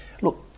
Look